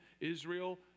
Israel